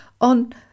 on